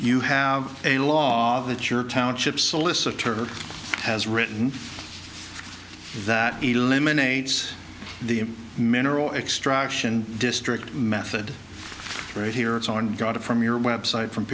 you have a law that your township solicitor has written that eliminates the mineral extraction district method right here it's on got it from your website from